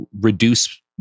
reduce